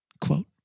Quote